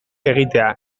egitea